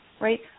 right